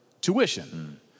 tuition